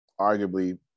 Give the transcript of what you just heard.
Arguably